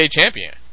champion